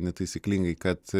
netaisyklingai kad